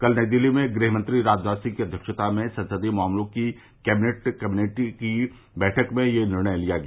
कल नई दिल्ली में गृह मंत्री राजनाथ सिंह की अध्यक्षता में संसदीय मामलों की कैबिनेट कमेटी की बैठक में यह निर्णय लिया गया